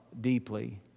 deeply